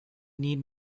need